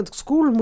school